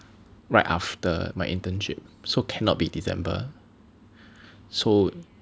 right after my internship so cannot be December